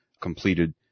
completed